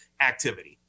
activity